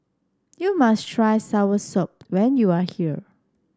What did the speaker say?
you must try Soursop when you are here